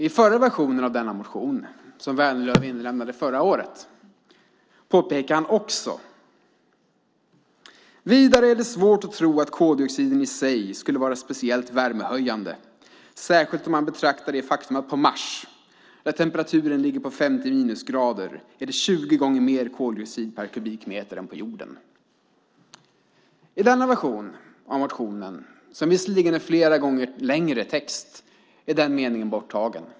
I den förra versionen av denna motion, som Vänerlöv inlämnade förra året, påpekar han att "vidare är det svårt att tro att koldioxiden i sig skulle vara speciellt värmehöjande, särskilt om man betaktar det faktum att på Mars, där temperaturen ligger på 50 minusgrader, är det 20 gånger mer koldioxid per kubikmeter än på jorden". I den nu aktuella versionen av motionen, med en flera gånger längre text, är just den meningen borttagen.